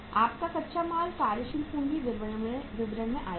आपका कच्चा माल कार्यशील पूंजी विवरण से आया है